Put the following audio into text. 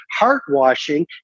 heartwashing